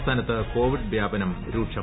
സംസ്ഥാനത്ത് ക്ടോപിഡ് വ്യാപനം രൂക്ഷം